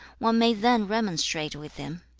one may then remonstrate with him.